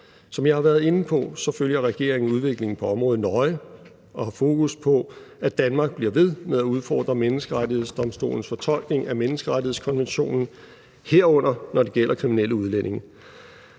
Som jeg har været inde på, følger regeringen udviklingen på området nøje og har fokus på, at Danmark bliver ved med at udfordre Menneskerettighedsdomstolens fortolkning af menneskerettighedskonventionen, herunder når det gælder kriminelle udlændinge.